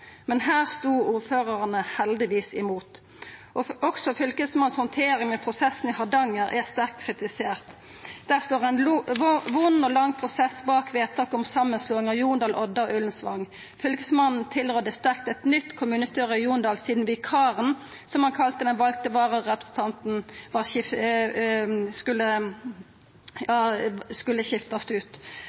Men her stod ordførarane heldigvis imot. Også Fylkesmannen sin handtering ved prosessen i Hardanger er sterkt kritisert. Der står det ei vond og lang prosess bak vedtaket om samanslåing av Jondal, Odda og Ullensvang. Fylkesmannen tilrådde sterkt eit nytt kommunestyre i Jondal, sidan vikaren, som han kalla den valde vararepresentanten, skulle skiftast ut.